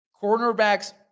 cornerbacks